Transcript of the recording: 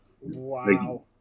wow